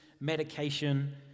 medication